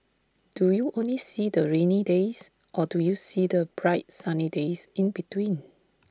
do you only see the rainy days or do you see the bright sunny days in between